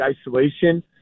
isolation